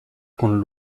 con